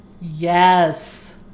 Yes